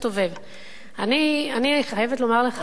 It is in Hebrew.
אני חייבת לומר לך,